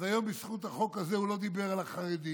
אז היום בזכות החוק הזה הוא לא דיבר על החרדים.